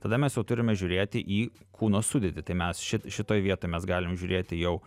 tada mes jau turime žiūrėti į kūno sudėtį tai mes ši šitoj vietoj mes galime žiūrėti jau